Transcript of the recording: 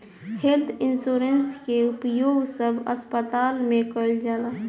health insurance के उपयोग सब अस्पताल में कईल जाता